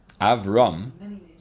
Avram